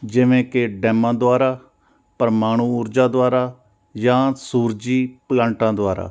ਜਿਵੇਂ ਕਿ ਡੈਮਾਂ ਦੁਆਰਾ ਪਰਮਾਣੂ ਊਰਜਾ ਦੁਆਰਾ ਜਾਂ ਸੂਰਜੀ ਪਲਾਂਟਾਂ ਦੁਆਰਾ